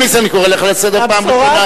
חבר הכנסת אקוניס, אני קורא לך לסדר פעם ראשונה.